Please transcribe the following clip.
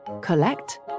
collect